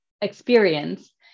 experience